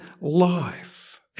life